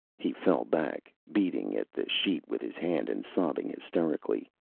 he fell back, beating at the sheet with his hand and sobbing hysterically.